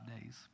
days